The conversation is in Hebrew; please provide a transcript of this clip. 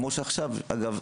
כמו שעכשיו אגב,